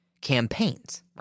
campaigns